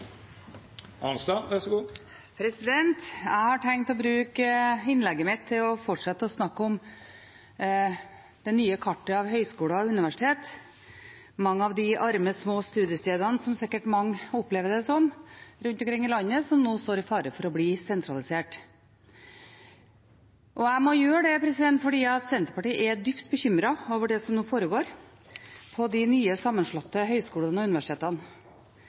Jeg har tenkt å bruke innlegget mitt til å fortsette å snakke om det nye kartet av høyskoler og universitet, mange av de arme små studiestedene, som sikkert mange opplever det som, rundt omkring i landet som nå står i fare for å bli sentralisert. Jeg må gjøre det, for Senterpartiet er dypt bekymret over det som nå foregår på de nye, sammenslåtte høyskolene og universitetene.